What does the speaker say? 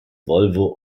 volvo